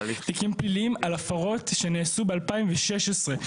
תיקים פליליים על הפרות שנעשו ב- 2016,